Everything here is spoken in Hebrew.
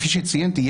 שציינתי,